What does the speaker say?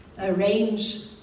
arrange